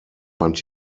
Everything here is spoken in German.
fand